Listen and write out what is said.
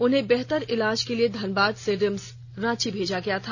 उन्हें बेहतर इलाज के लिए धनबाद से रिम्स रांची भेजा गया था